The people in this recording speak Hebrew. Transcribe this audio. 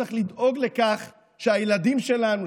וצריך לדאוג לכך שהילדים שלנו,